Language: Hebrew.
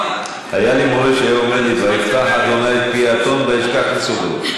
היה לי מורה שהיה אומר לי: ויפתח ה' את פי האתון וישכח לסוגרו.